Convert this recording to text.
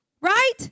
Right